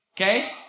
okay